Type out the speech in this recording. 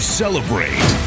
celebrate